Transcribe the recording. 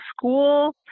school